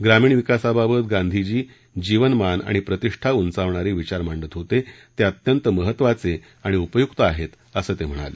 ग्रामीण विकासाबाबत गांधीजी जीवमान आणि प्रतिष्ठा उंचावणारे विचार मांडत होते ते अत्यंत महत्वाचे आणि उपयुक्त आहेत असं ते म्हणाले